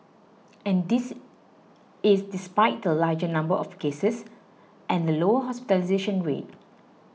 and this is despite the larger number of cases and the lower hospitalisation rate